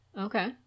Okay